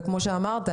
וכמו שאמרת,